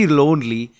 lonely